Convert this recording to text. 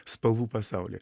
spalvų pasaulį